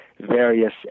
various